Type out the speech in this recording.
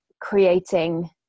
creating